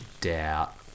Doubt